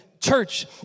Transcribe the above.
church